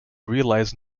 realize